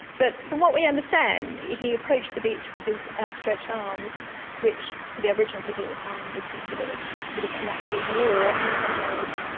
but from what we understand he approached the beach with his outstretched arms which to the aboriginal people at the time was considered sort of an act of war in some ways.